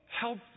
Help